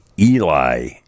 Eli